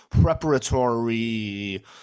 preparatory